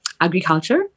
agriculture